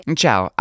ciao